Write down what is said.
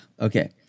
Okay